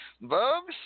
Bubs